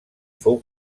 fou